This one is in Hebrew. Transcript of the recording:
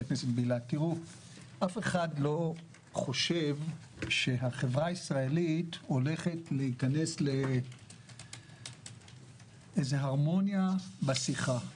אף אחד לא חושב שהחברה הישראלית הולכת להיכנס לאיזו הרמוניה בשיחה.